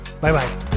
Bye-bye